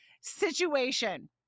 situation